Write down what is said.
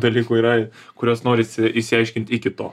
dalykų yra kuriuos norisi išsiaiškint iki to